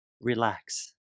relax